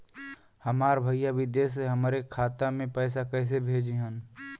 हमार भईया विदेश से हमारे खाता में पैसा कैसे भेजिह्न्न?